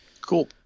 cool